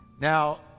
Now